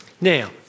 Now